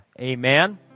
Amen